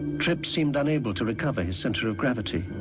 tripp seemed unable to recover his center of gravity.